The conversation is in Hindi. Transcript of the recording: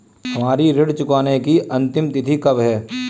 हमारी ऋण चुकाने की अंतिम तिथि कब है?